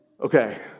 Okay